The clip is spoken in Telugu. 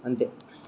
అంతే